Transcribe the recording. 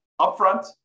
upfront